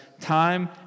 time